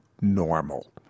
normal